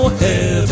heaven